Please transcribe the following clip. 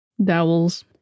dowels